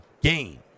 game